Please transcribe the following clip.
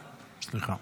סליחה.